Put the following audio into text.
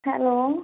hello